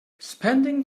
spending